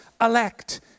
elect